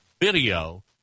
video